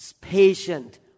patient